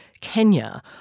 Kenya